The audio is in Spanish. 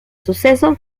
suceso